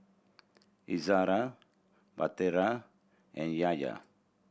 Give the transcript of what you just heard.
Izzara and Yahaya